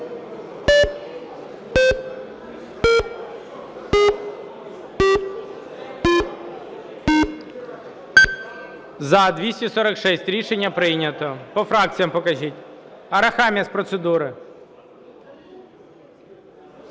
За-246 Рішення прийнято. По фракціям покажіть. Арахамія з процедури.